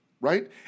right